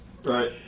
Right